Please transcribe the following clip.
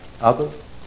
others